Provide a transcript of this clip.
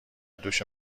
دوش